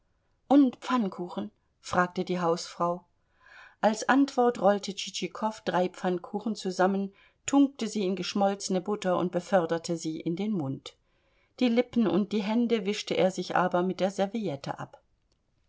und pfannkuchen fragte die hausfrau als antwort rollte tschitschikow drei pfannkuchen zusammen tunkte sie in geschmolzene butter und beförderte sie in den mund die lippen und die hände wischte er sich aber mit der serviette ab